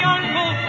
Uncle